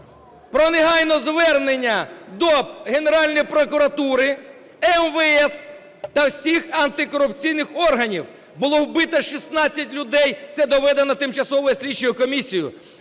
про негайне звернення до Генеральної прокуратури, МВС та всіх антикорупційних органів. Було вбито 16 людей, це доведено тимчасовою слідчою комісією,